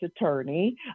attorney